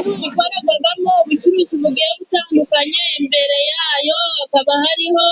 Inzu ikorerwagamo ubucuruzi bugiye butandukanye, imbere yayo hakaba hariho